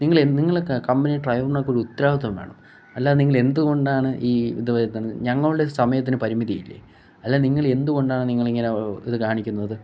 നിങ്ങളെ നിങ്ങളെ കമ്പനി ഡ്രൈവർക്ക് ഒരു ഉത്തരവദിത്തം വേണം അല്ലാതെ നിങ്ങൾ എന്ത് കൊണ്ടാണ് ഈ ഇത് വരുന്നത് ഞങ്ങളുടെ സമയത്തിന് പരിമിതിയില്ലെ അല്ലെ നിങ്ങളെന്ത് കൊണ്ടാണ് നിങ്ങൾ ഇങ്ങനെ ഇത് കാണിക്കുന്നത്